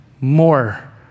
more